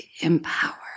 empower